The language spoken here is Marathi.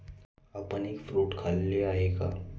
आपण एग फ्रूट खाल्ले आहे का?